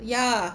ya